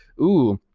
ooh,